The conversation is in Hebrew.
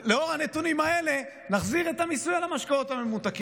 לאור הנתונים האלה נחזיר את המיסוי על המשקאות הממותקים.